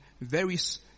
various